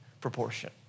proportion